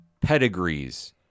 pedigrees